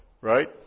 Right